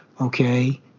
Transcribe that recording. okay